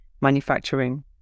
manufacturing